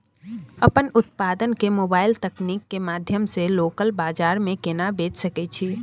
अपन उत्पाद के मोबाइल तकनीक के माध्यम से लोकल बाजार में केना बेच सकै छी?